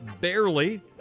barely